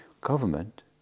Government